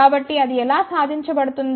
కాబట్టి అది ఎలా సాధించ బడుతుంది